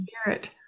spirit